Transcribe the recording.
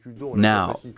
Now